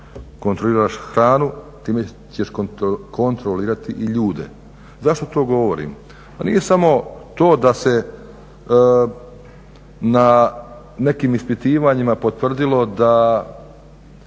kontroliraš hranu time ćeš i kontrolirati ljude. Zašto to govorim? Pa nije samo to da se na nekim ispitivanjima potvrdilo da,